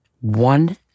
One